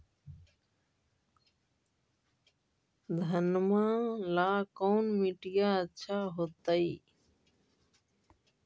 घनमा ला कौन मिट्टियां अच्छा होतई?